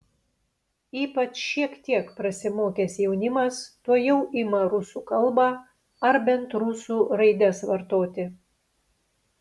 ypač šiek tiek prasimokęs jaunimas tuojau ima rusų kalbą ar bent rusų raides vartoti